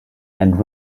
and